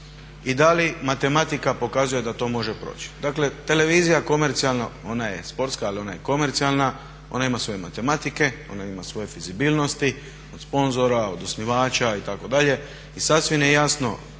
i da li matematika pokazuje da to može proći. Dakle, televizija komercijalno, ona je sportska ali ona je komercijalna, ona ima svoje matematike, ona ima svoje fleksibilnosti, od sponzora, od osnivača itd. i sasvim je jasno